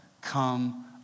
come